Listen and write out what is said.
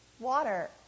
water